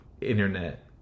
internet